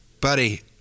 buddy